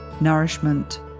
nourishment